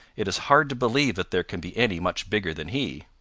it is hard to believe that there can be any much bigger than he.